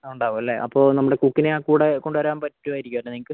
ആ ഉണ്ടാകും അല്ലേ അപ്പോൾ നമ്മുടെ കുക്കിനെ ആ കൂടെ കൊണ്ടുവരാൻ പാറ്റുമായിരിക്കും അല്ലേ നിങ്ങൾക്ക്